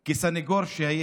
זה כמי שהיה סנגור במשך